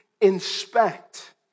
inspect